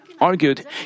argued